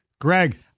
Greg